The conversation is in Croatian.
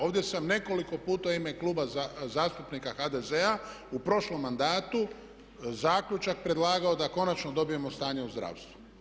Ovdje sam nekoliko puta u ime Kluba zastupnika HDZ-a u prošlom mandatu zaključak predlagao da konačno dobijemo stanje u zdravstvu.